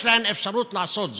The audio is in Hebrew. יש להן אפשרות לעשות זאת.